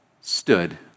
stood